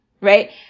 right